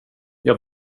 jag